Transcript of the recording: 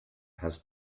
has